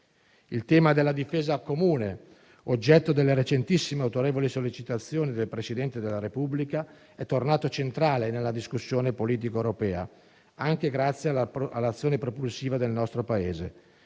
Il tema della difesa comune, oggetto della recentissima e autorevole sollecitazione del Presidente della Repubblica, è tornato centrale nella discussione politica europea, anche grazie all'azione propulsiva del nostro Paese.